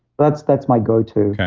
that's that's my go to.